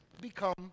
become